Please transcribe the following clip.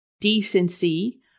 decency